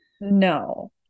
no